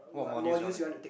what modules you wanna